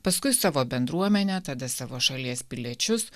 paskui savo bendruomenę tada savo šalies piliečius